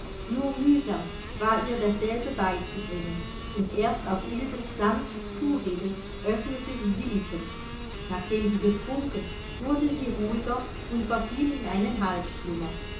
nur mühsam war ihr dasselbe beizubringen und erst auf ilses sanftes zureden öffnete sie die lippen nachdem sie getrunken wurde sie ruhiger und verfiel in einen